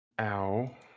ow